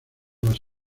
las